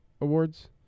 Awards